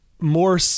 more